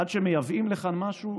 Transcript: עד שמייבאים לכאן משהו,